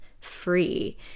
free